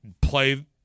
play